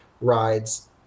rides